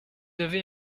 avez